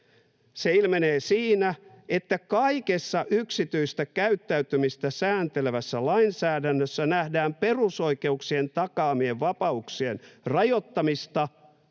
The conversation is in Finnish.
”Se ilmenee siinä, että kaikessa yksityistä käyttäytymistä sääntelevässä lainsäädännössä nähdään perusoikeuksien takaamien vapauksien rajoittamista,